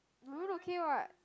maroon okay what